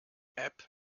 app